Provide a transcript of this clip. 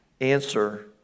answer